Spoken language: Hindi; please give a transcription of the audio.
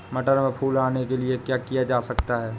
मटर में फूल आने के लिए क्या किया जा सकता है?